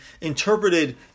interpreted